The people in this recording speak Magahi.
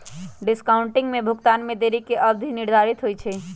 डिस्काउंटिंग में भुगतान में देरी के अवधि निर्धारित होइ छइ